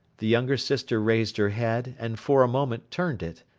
the younger sister raised her head, and, for a moment, turned it.